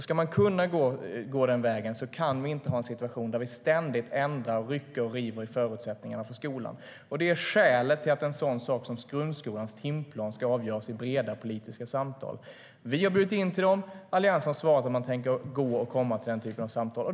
Ska man kunna gå den vägen kan vi inte ha en situation där vi ständigt ändrar, rycker och river i förutsättningarna för skolan. Det är skälet till att en sådan sak som grundskolans timplan ska avgöras i breda politiska samtal. Vi har bjudit in till dem. Alliansen har svarat att man tänker komma till den typen av samtal.